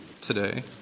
today